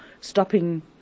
stopping